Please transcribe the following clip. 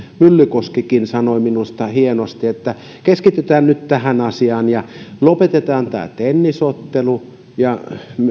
myllykoskikin sanoi minusta hienosti keskitytään nyt tähän asiaan ja lopetetaan tämä tennisottelu ja